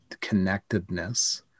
connectedness